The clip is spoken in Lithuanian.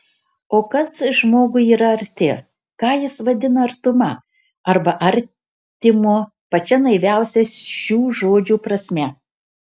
o kas žmogui yra arti ką jis vadina artuma arba artimu pačia naiviausia šių žodžių prasme